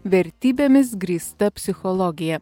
vertybėmis grįsta psichologija